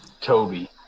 Toby